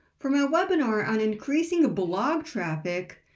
for my webinar on increasing blog traffic,